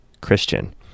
Christian